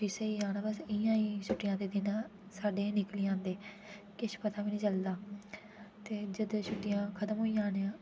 भी सेई जाना बस इ'यां ई छुट्टियां दे दिन साढ़े निकली जांदे किश पता बी निं चलदा ते जदूं छुट्टियां खत्म होई जानियां